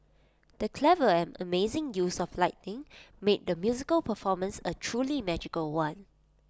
the clever and amazing use of lighting made the musical performance A truly magical one